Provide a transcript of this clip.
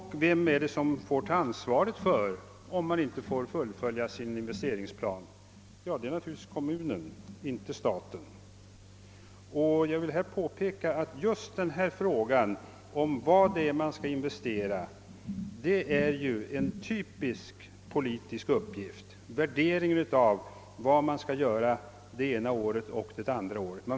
Men vem får ta ansvaret, om en kommun inte får fullfölja sin prioriteringsplan? Ja, det är naturligtvis kommunen och inte staten. Jag vill påpeka att det är en typisk politisk uppgift att avväga vilka investeringar som skall utföras det ena och det andra året.